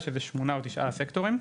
יש שמונה או תשעה סקטורים.